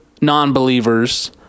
non-believers